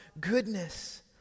goodness